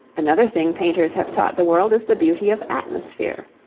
another thing painters have taught the world is the beauty of atmosphere.